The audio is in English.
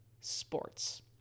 sports